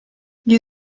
gli